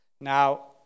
Now